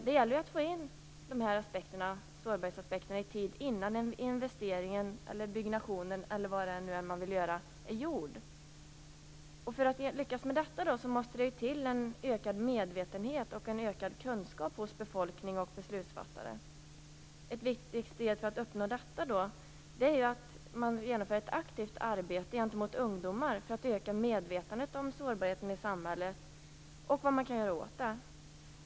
Det gäller att få in sårbarhetsaspekterna i tid, innan investeringen, byggnationen eller vad det nu är man vill göra är gjord. För att lyckas med detta måste det till en ökad medvetenhet och en ökad kunskap hos befolkning och beslutsfattare. Ett viktigt steg för att uppnå detta är att man aktivt arbetar med ungdomar för att öka medvetandet om sårbarheten i samhället och om vad man kan göra åt den.